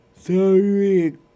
Sorry